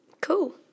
Cool